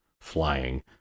flying